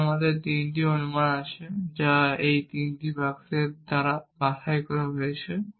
তাই আমাদের তিনটি অনুমান আছে যা এই তিনটি বাক্স দ্বারা বাছাই করা হয়েছে